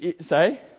say